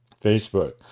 Facebook